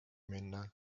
minna